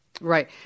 Right